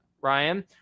Ryan